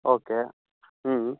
okay ಹ್ಞೂ